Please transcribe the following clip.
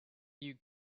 you